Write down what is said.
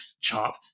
chop